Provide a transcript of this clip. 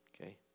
Okay